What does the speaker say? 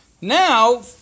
Now